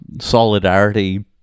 solidarity